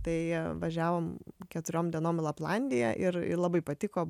tai važiavom keturiom dienom į laplandiją ir ir labai patiko